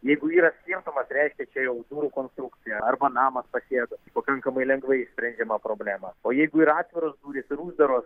jeigu yra skirtumas reiškia čia jau durų konstrukcija arba namas pasėdo pakankamai lengvai išsprendžiama problema o jeigu ir atviros durys ir uždaros